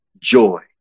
joy